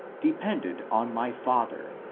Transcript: depended on my father,